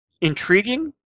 intriguing